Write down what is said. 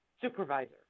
supervisor